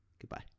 Goodbye